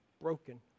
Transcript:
broken